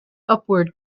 upward